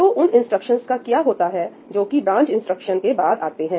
तो उन इंस्ट्रक्शंस का क्या होता है जोकि ब्रांच इंस्ट्रक्शंस के बाद आते हैं